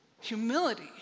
Humility